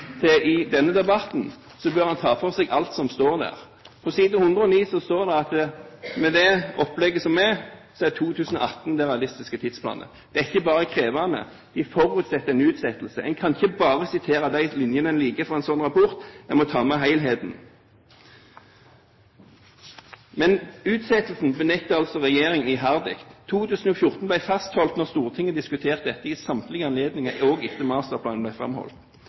i denne debatten, bør en ta for seg alt som står der. På side 109 står det at med det opplegget som er, er 2018 den realistiske tidsplanen. Det er ikke bare krevende. De forutsetter en utsettelse. En kan ikke bare sitere de linjene en liker fra en sånn rapport. En må ta med helheten. Men utsettelsen benektet altså regjeringen iherdig. 2014 ble fastholdt da Stortinget diskuterte dette ved samtlige anledninger, også etter at masterplanen ble framholdt.